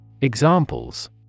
Examples